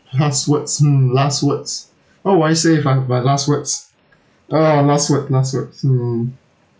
last words hmm last words what would I say if I my last words uh last word last words mm